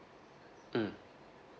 mm